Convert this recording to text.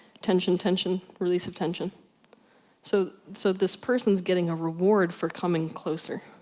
tention, tention, release of tension. so so, this person is getting a reward for coming closer.